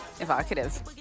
Evocative